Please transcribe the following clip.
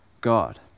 God